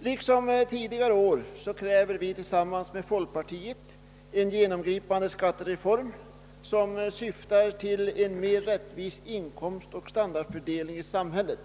Liksom tidigare år kräver vi tillsammans med folkpartiet en genomgripande skattereform som syftar till en mer rättvis inkomstoch standardfördelning i samhället.